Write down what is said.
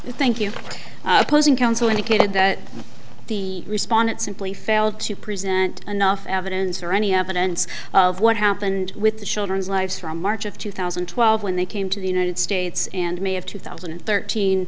opposing counsel indicated that the respondent simply failed to present enough evidence or any evidence of what happened with the children's lives from march of two thousand and twelve when they came to the united states and may of two thousand and thirteen